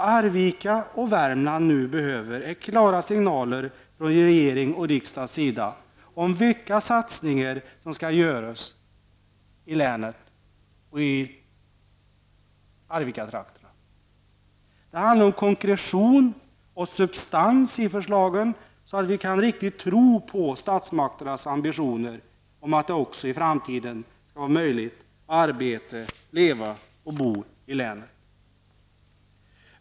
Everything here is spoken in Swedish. Vad Arvika och Värmland nu behöver är klara signaler från regering och riksdag om vilka satsningar som skall göras i länet och i Arvikatrakten. Det handlar om konkretion och substans i förslagen, så att vi kan riktigt tro på statsmakternas ambitioner att det också i framtiden skall vara möjligt att arbeta, leva och bo i länet.